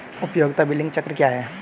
उपयोगिता बिलिंग चक्र क्या है?